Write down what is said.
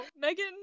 Megan